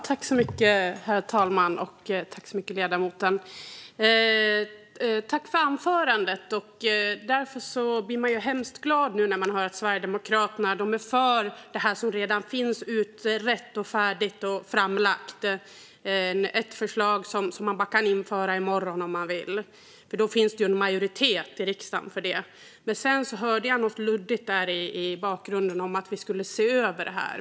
Herr talman! Jag tackar ledamoten för anförandet. Man blir hemskt glad när man nu hör att Sverigedemokraterna är för det förslag som redan finns utrett, färdigt och framlagt och som man kan införa i morgon om man så vill, för då finns det ju en majoritet i riksdagen för det. Sedan hörde jag något luddigt där i bakgrunden om att ni skulle se över det.